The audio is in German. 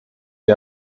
die